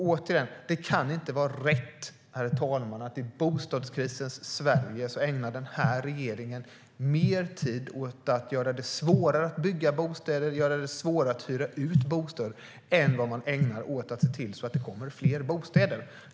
Återigen kan det inte vara rätt att den här regeringen i bostadskrisens Sverige ägnar mer tid åt att göra det svårare att bygga bostäder och göra det svårare att hyra ut bostäder än vad man ägnar åt att se till att det blir fler bostäder.